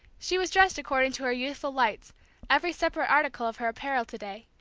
she was dressed according to her youthful lights every separate article of her apparel to-day,